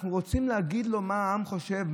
אנחנו רוצים להגיד לו מה העם חושב,